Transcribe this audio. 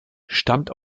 stammt